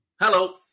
Hello